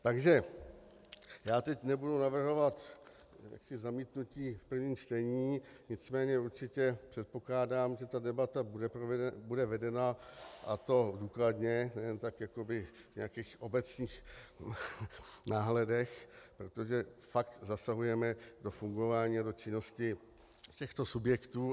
Takže já teď nebudu navrhovat zamítnutí v prvním čtení, nicméně určitě předpokládám, že debata bude vedena, a to důkladně, nejen tak jakoby v obecných náhledech, protože fakt zasahujeme do fungování a do činnosti těchto subjektů.